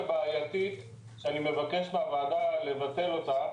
בעייתית שאני מבקש מהוועדה לבטל אותה